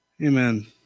Amen